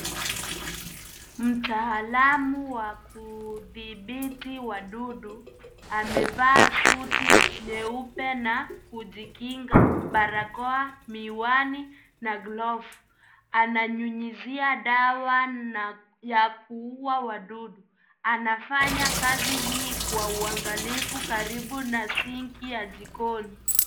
Mtaalam wa kudhibiti wadudu amevaa suti nyeupe na kujingika barakoa, miwani na glovu. Ananyunyizia dawa ya kuua wadudu na anafanya kazi hii kwa uangalifu karibu na sinki ya jikoni.